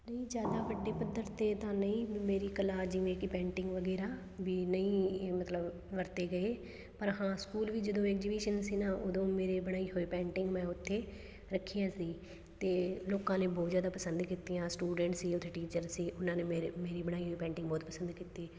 ਨਹੀਂ ਜ਼ਿਆਦਾ ਵੱਡੇ ਪੱਧਰ 'ਤੇ ਤਾਂ ਨਹੀਂ ਮੇਰੀ ਕਲਾ ਜਿਵੇਂ ਕਿ ਪੈਂਟਿੰਗ ਵਗੈਰਾ ਵੀ ਨਹੀਂ ਮਤਲਬ ਵਰਤੇ ਗਏ ਪਰ ਹਾਂ ਸਕੂਲ ਵੀ ਜਦੋਂ ਐਗਜੀਵੀਸ਼ਨ ਸੀ ਨਾ ਉਦੋਂ ਮੇਰੇ ਬਣਾਈ ਹੋਈ ਪੈਂਟਿੰਗ ਮੈਂ ਉੱਥੇ ਰੱਖੀਆਂ ਸੀ ਅਤੇ ਲੋਕਾਂ ਨੇ ਬਹੁਤ ਜ਼ਿਆਦਾ ਪਸੰਦ ਕੀਤੀਆਂ ਸਟੂਡੈਂਟਸ ਸੀ ਉੱਥੇ ਟੀਚਰ ਸੀ ਉਹਨਾਂ ਨੇ ਮੇਰੇ ਮੇਰੀ ਬਣਾਈ ਪੈਂਟਿੰਗ ਬਹੁਤ ਪਸੰਦ ਕੀਤੀ